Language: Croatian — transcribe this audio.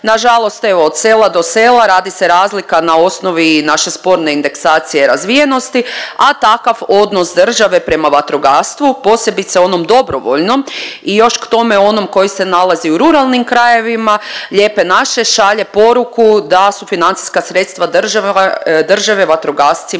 nažalost evo od sela do sela radi se razlika na osnovi naše sporne indeksacije razvijenosti, a takav odnos države prema vatrogastvu, posebno onom dobrovoljnom i još k tome onom koji se nalazi u ruralnim krajevima Lijepe naše šalje poruku da su financijska sredstva države vatrogascima